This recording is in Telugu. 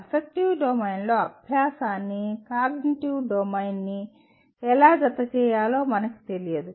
ఎఫెక్టివ్ డొమైన్ లో అభ్యాసాన్ని కాగ్నిటివ్ డొమైన్కి ఎలా జత చేయాలో మనకి తెలియదు